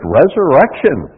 resurrection